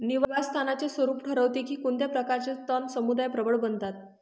निवास स्थानाचे स्वरूप ठरवते की कोणत्या प्रकारचे तण समुदाय प्रबळ बनतात